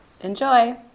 Enjoy